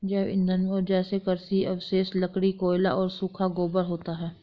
जैव ईंधन जैसे कृषि अवशेष, लकड़ी, कोयला और सूखा गोबर होता है